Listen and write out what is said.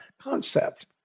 concept